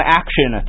action